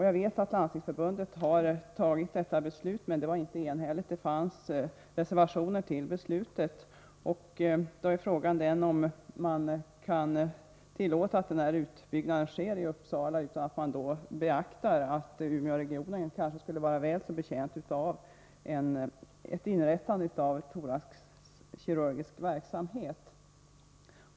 Jag vet att Landstingsförbundet har fattat detta beslut, men det skedde inte enhälligt. Det fanns reservationer mot beslutet. Frågan är om man kan tillåta att utbyggnaden i Uppsala sker utan att man beaktar att Umeåregionen skulle vara väl så betjänt av inrättandet av en thoraxkirurgisk verksamhet.